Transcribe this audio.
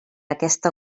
aquesta